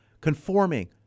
conforming